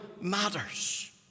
matters